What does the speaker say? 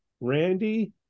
Randy